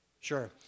Sure